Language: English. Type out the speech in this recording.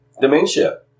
Dementia